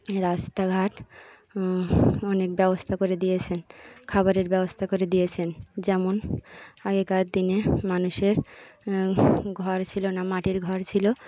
রাস্তাঘাট অনেক ব্যবস্থা করে দিয়েছেন খাবারের ব্যবস্থা করে দিয়েছেন যেমন আগেকার দিনে মানুষের ঘর ছিলো না মাটির ঘর ছিলো